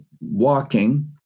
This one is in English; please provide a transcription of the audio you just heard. walking